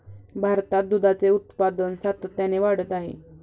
भारतात दुधाचे उत्पादन सातत्याने वाढत आहे